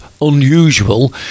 unusual